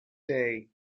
day